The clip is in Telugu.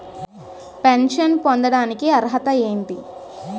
పెన్షన్ పొందడానికి అర్హత ఏంటి?